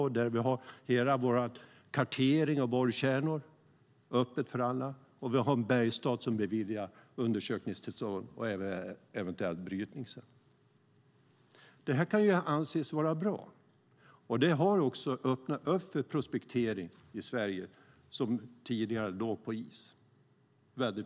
I Malå där vi har hela vår kartering av borrkärnor är det öppet för alla. Och Bergsstaten beviljar undersökningstillstånd och även eventuell brytning. Det här kan anses vara bra, och det har också öppnat för prospektering i Sverige som tidigare låg på is.